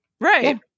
right